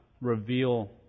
reveal